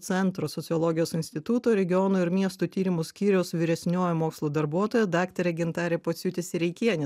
centro sociologijos instituto regiono ir miestų tyrimų skyriaus vyresnioji mokslo darbuotoja daktarė gintarė pociūtė sereikienė